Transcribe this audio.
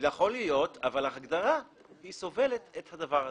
יכול להיות, אבל ההגדרה סובלת את הדבר הזה,